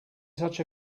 such